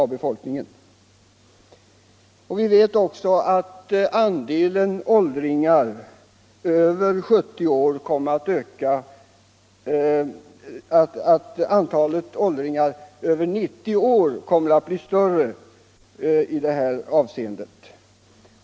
Vi vet också att antalet åldringar över 90 år relativt sett kommer att öka mera markant.